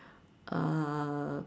uh